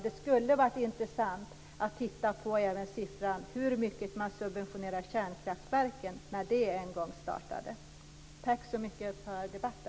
Det skulle ha varit intressant att titta på hur mycket man subventionerade kärnkraftverken, när de en gång startade.